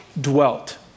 dwelt